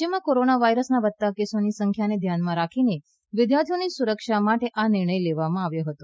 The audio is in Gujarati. રાજ્યમાં કોરોના વાયરસના વધતા કેસોની સંખ્યાને ધ્યાનમાં રાખીને વિદ્યાર્થીઓની સુરક્ષા માટે આ નિર્ણય લેવામાં આવ્યો હતો